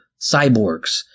cyborgs